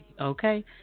okay